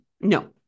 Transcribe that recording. No